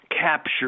capture